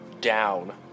down